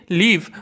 leave